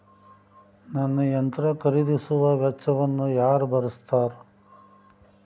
ನನ್ನ ಯಂತ್ರ ಖರೇದಿಸುವ ವೆಚ್ಚವನ್ನು ಯಾರ ಭರ್ಸತಾರ್?